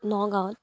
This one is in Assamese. নগাঁৱত